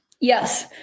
Yes